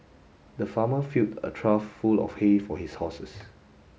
the farmer filled a trough full of hay for his horses